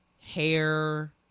hair